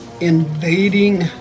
Invading